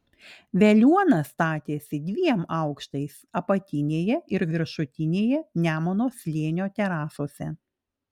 veliuona statėsi dviem aukštais apatinėje ir viršutinėje nemuno slėnio terasose